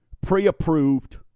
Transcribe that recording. pre-approved